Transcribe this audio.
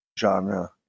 genre